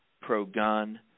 pro-gun